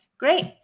great